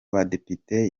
badepite